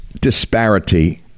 disparity